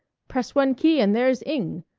press one key and there's ing.